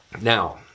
Now